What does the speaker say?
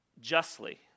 justly